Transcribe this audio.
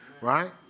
right